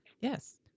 Yes